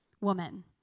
woman